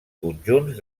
conjunts